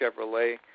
Chevrolet